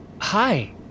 Hi